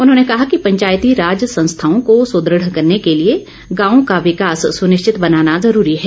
उन्होंने कहा कि पंचायती राज संस्थाओं को सुदृढ़ करने के लिए गांव का विकास सुनिश्चित बनाना जरूरी है